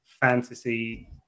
fantasy